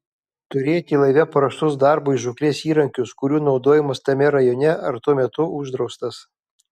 turėti laive paruoštus darbui žūklės įrankius kurių naudojimas tame rajone ar tuo metu uždraustas